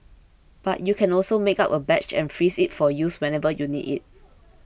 but you can also make up a batch and freeze it for use whenever you need it